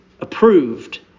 approved